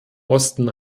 osten